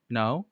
now